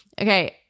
Okay